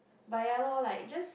but ya lor like just